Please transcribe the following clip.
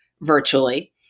virtually